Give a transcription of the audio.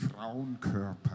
Frauenkörper